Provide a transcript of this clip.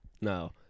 No